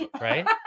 right